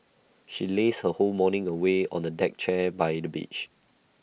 she lazed her whole morning away on A deck chair by the beach